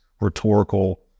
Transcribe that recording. rhetorical